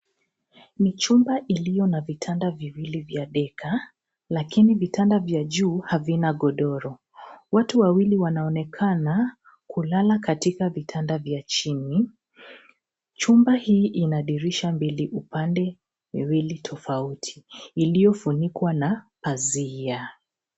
Ni chumba iliyo na vitanda viwili vya double decker lakini vitanda vya juu havina godoro. Watu wawili wanaonekana kulala katika vitanda vya chini. Chumba hii ina dirisha mbili upande miwili tofauti iliyofunikwa na pazia.